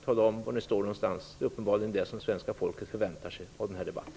Tala om var ni står! Det är uppenbarligen det som svenska folket förväntar sig av den här debatten.